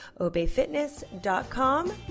obeyfitness.com